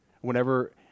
Whenever